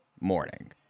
morning